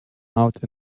out